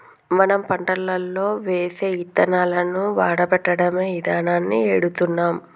మనం పంటలో ఏసే యిత్తనాలను వాడపెట్టడమే ఇదానాన్ని ఎడుతున్నాం